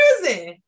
prison